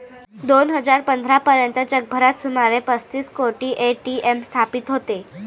दोन हजार पंधरा पर्यंत जगभरात सुमारे पस्तीस कोटी ए.टी.एम स्थापित होते